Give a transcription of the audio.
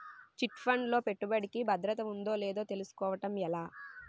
Chit fund లో పెట్టుబడికి భద్రత ఉందో లేదో తెలుసుకోవటం ఎలా?